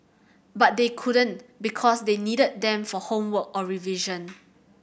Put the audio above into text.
but they couldn't because they needed them for homework or revision